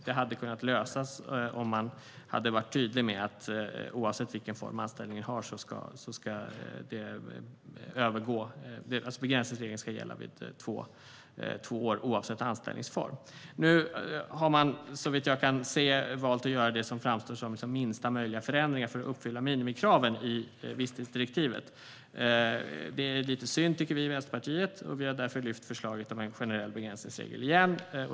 Det hade kunnat lösas om man hade varit tydlig med att begränsningsregeln ska gälla vid två år oavsett anställningsform. Nu har man, såvitt jag kan se, valt att göra det som framstår som minsta möjliga förändringar för att uppfylla minimikraven i visstidsdirektivet. Det är lite synd, tycker vi i Vänsterpartiet. Vi har därför lyft fram förslaget om en generell begränsningsregel igen.